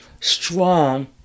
strong